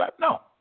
No